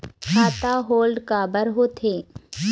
खाता होल्ड काबर होथे?